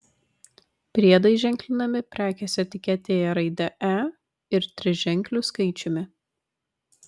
priedai ženklinami prekės etiketėje raidė e ir triženkliu skaičiumi